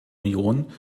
union